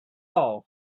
all